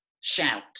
shout